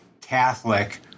Catholic